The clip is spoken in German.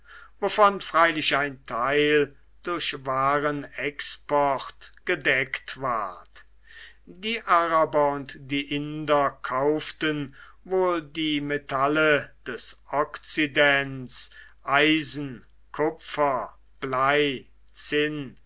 wovon freilich ein teil durch warenexport gedeckt ward die araber und die inder kauften wohl die metalle des okzidents eisen kupfer